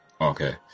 Okay